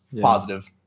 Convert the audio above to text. positive